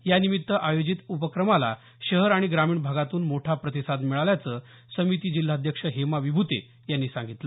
यानिमित्त आयोजित उपक्रमाला शहर आणि ग्रामीण भागातून मोठा प्रतिसाद मिळाल्याचं समिती जिल्हाध्यक्ष हेमा विभूते यांनी सांगितल